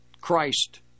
Christ